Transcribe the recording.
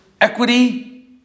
equity